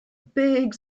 big